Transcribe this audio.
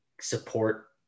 support